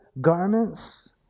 garments